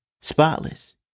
spotless